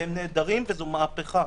והם נהדרים, וזו מהפכה.